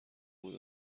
بود